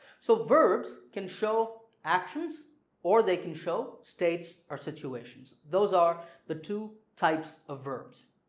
so verbs can show actions or they can show states or situations. those are the two types of verbs